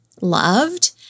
loved